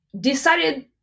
decided